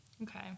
okay